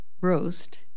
roast